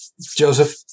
Joseph